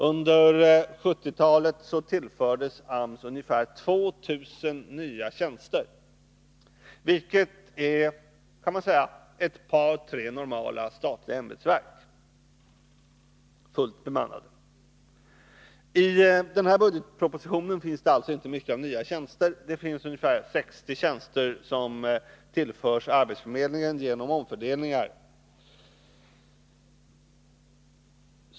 Under 1970-talet tillfördes AMS ungefär 2 000 nya tjänster, vilket motsvarar ett par tre fullt bemannade normala statliga ämbetsverk. I denna budgetproposition finns alltså inte många nya tjänster. Ungefär 60 tjänster tillförs arbetsförmedlingen genom omfördelningar.